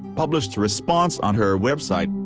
published a response on her website,